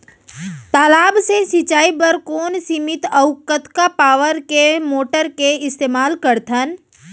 तालाब से सिंचाई बर कोन सीमित अऊ कतका पावर के मोटर के इस्तेमाल करथन?